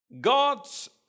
God's